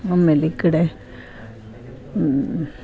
ಆಮೇಲೆ ಈ ಕಡೆ